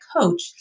coach